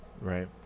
Right